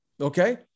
Okay